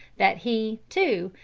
that he, too,